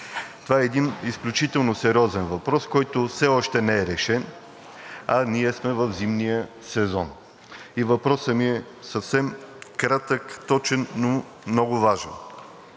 Това е един изключително сериозен въпрос, който все още не е решен, а ние сме в зимния сезон. Въпросът ми е съвсем кратък и точен, но много важен: